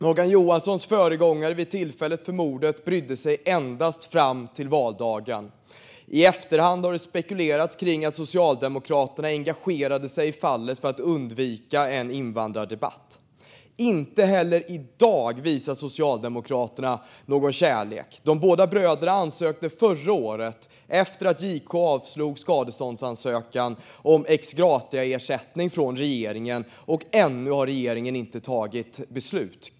Morgan Johanssons företrädare som justitieminister vid tillfället för mordet brydde sig endast fram till valdagen. I efterhand har det spekulerats om att Socialdemokraterna engagerade sig i fallet för att undvika en invandrardebatt. Inte heller i dag visar Socialdemokraterna någon kärlek. De båda bröderna ansökte förra året, efter att JK avslog deras skadeståndsansökan, om ex gratia-ersättning från regeringen. Ännu har regeringen inte tagit beslut.